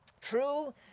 True